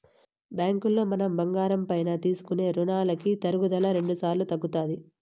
బ్యాంకులో మనం బంగారం పైన తీసుకునే రునాలకి తరుగుదల రెండుసార్లు తగ్గుతాది